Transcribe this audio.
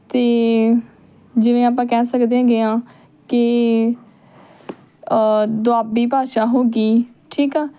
ਅਤੇ ਜਿਵੇਂ ਆਪਾਂ ਕਹਿ ਸਕਦੇ ਹੈਗੇ ਹਾਂ ਕਿ ਦੁਆਬੀ ਭਾਸ਼ਾ ਹੋ ਗਈ ਠੀਕ ਆ